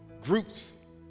groups